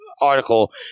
article